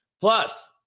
Plus